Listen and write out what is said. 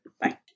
Bye